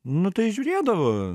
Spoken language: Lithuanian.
nu tai žiūrėdavo